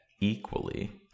equally